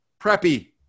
Preppy